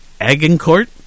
Agincourt